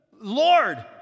Lord